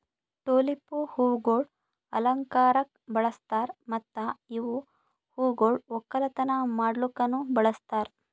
tulip ಹೂವುಗೊಳ್ ಅಲಂಕಾರಕ್ ಬಳಸ್ತಾರ್ ಮತ್ತ ಇವು ಹೂಗೊಳ್ ಒಕ್ಕಲತನ ಮಾಡ್ಲುಕನು ಬಳಸ್ತಾರ್